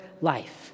life